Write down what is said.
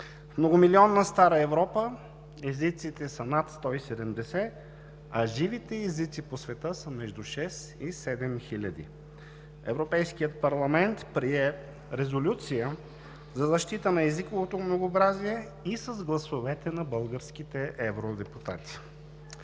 многомилионна стара Европа езиците са над 170, а живите езици по света са между 6 и 7 хиляди. Европейският парламент прие резолюция за защита на езиковото многообразие и с гласовете на българските евродепутати.